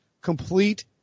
complete